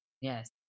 Yes